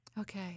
Okay